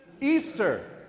Easter